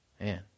Man